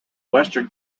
western